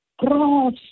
cross